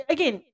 Again